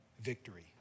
victory